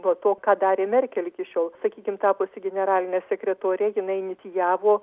po to ką darė merkel iki šiol sakykim tapusi generaline sekretore jinai inicijavo